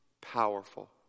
powerful